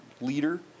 leader